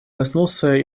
коснулся